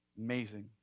Amazing